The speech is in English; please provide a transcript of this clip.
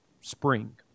spring